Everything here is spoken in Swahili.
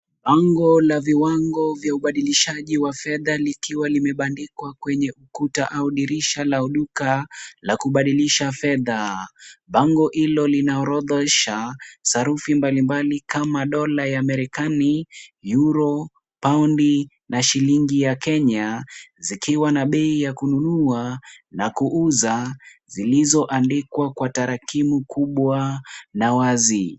Bango la viwango vya ubadilishaji wa fedha likiwa limebandikwa kwenye ukuta au dirisha la duka la kubadilisha fedha. Bango hilo linaorodhesha sarufi mbalimbali kama Dola ya Marekani, Euro, Poundi na shilingi ya Kenya zikiwa na bei ya kununua na kuuza zilizoandikwa kwa tarakimu kubwa na wazi.